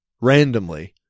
randomly